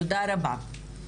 תודה רבה.